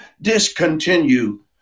discontinue